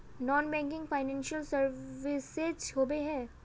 Non banking financial services होबे है?